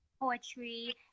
poetry